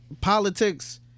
politics